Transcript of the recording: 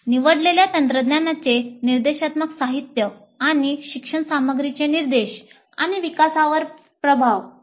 निवडलेल्या तंत्रज्ञानाचे निर्देशात्मक साहित्य आणि शिक्षण सामग्रीचे निर्देश आणि विकासावर प्रभाव आहे